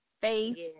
face